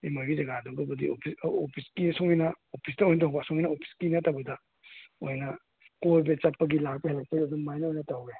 ꯏꯇꯩꯃꯒꯤ ꯖꯥꯒꯗꯨꯒꯕꯨꯗꯤ ꯑꯣꯐꯤꯁꯀꯤ ꯁꯣꯝꯒꯤꯅ ꯑꯣꯐꯤꯁꯇ ꯑꯣꯏ ꯇꯧꯕ ꯑꯁꯣꯝꯒꯤꯅ ꯑꯣꯐꯤꯁꯀꯤ ꯅꯠꯇꯕꯤꯗ ꯃꯣꯏꯅ ꯀꯣꯏꯕ ꯆꯠꯄꯒꯤ ꯂꯥꯛꯄ ꯍꯜꯂꯛꯄꯩꯗ ꯑꯗꯨꯝ ꯃꯥꯏꯅ ꯑꯣꯏꯅ ꯇꯧꯋꯦ